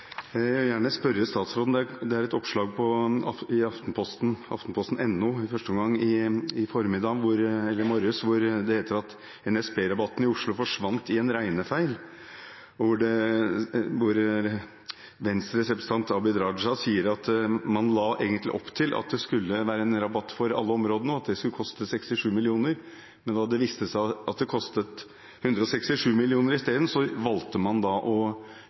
Det var et oppslag på aftenposten.no i morges hvor det står at NSB-rabatten i Oslo forsvant i en «regnefeil», og hvor Venstres representant Abid Q. Raja sier at man egentlig la opp til at det skulle være en rabatt for alle områder, og at det skulle koste 67 mill. kr. Men da det viste seg at det isteden kostet 167 mill. kr, valgte man å